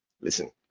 Listen